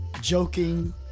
joking